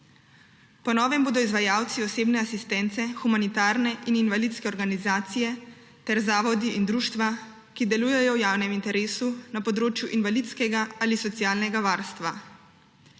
Po novem bodo izvajalci osebne asistence humanitarne in invalidske organizacije ter zavodi in društva, ki delujejo v javnem interesu na področju invalidskega ali socialnega varstva.